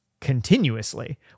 continuously